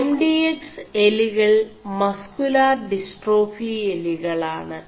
M D X എലികൾ muscular dystrophy എലികളാണ്